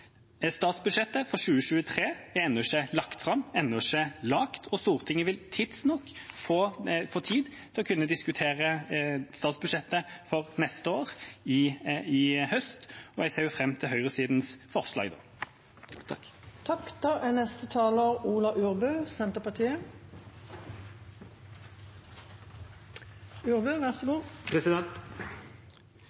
Statsbudsjettet for 2023 er ennå ikke lagt fram, ennå ikke laget, og Stortinget vil tidsnok få tid til å kunne diskutere statsbudsjettet for neste år i høst. Og jeg ser fram til høyresidens forslag da. X Games er ein konkurranse som engasjerer ungdom – det er